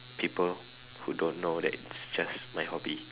people who don't know that it's just my hobby